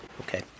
Okay